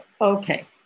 okay